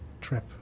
trip